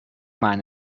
man